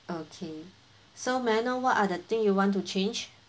okay so may I know what are the thing you want to change